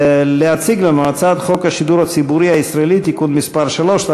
להציג לנו את הצעת חוק השידור הציבורי הישראלי (תיקון מס' 3),